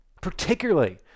particularly